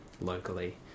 locally